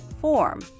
form